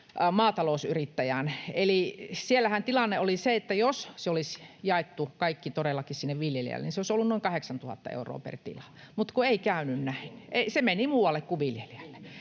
maatalousyrittäjään. Eli siellähän tilanne oli se, että jos se kaikki olisi jaettu todellakin sinne viljelijälle, niin se olisi ollut noin 8 000 euroa per tila, mutta näin ei käynyt. [Jari Leppä: Missä meni muualle kuin viljelijälle?]